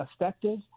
effective